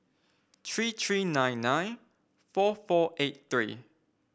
three three nine nine four four eight three